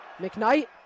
McKnight